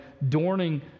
adorning